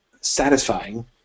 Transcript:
satisfying